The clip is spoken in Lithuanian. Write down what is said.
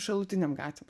šalutinėm gatvėm